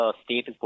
state